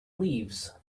leaves